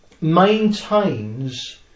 maintains